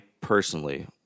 personally